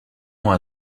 moi